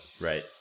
Right